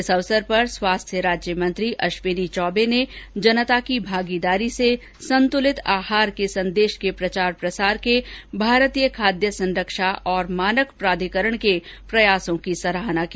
इस अवसर पर स्वास्थ्य राज्य मंत्री अश्विनी चौबे ने जनता की भागीदारी से संतुलित आहार के संदेश के प्रचार प्रसार के भारतीय खाद्य संरक्षा और मानक प्राधिकरण के प्रयासों की सराहना की